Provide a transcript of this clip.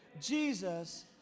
Jesus